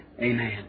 Amen